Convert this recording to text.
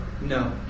No